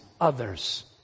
others